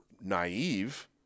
naive